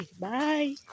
bye